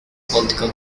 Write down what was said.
political